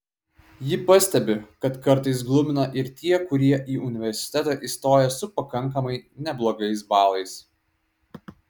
ji pastebi kad kartais glumina ir tie kurie į universitetą įstoja su pakankamai neblogais balais